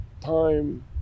time